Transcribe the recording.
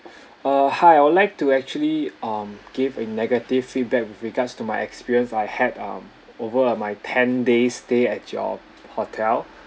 uh hi I would like to actually um give an negative feedback with regards to my experience I had um over my ten days stay at your hotel